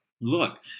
look